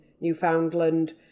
Newfoundland